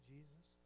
Jesus